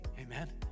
amen